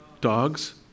dogs